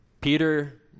Peter